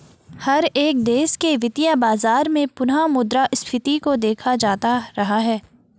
हर एक देश के वित्तीय बाजार में पुनः मुद्रा स्फीती को देखा जाता रहा है